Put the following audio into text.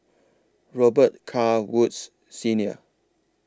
Robet Carr Woods Senior